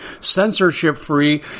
censorship-free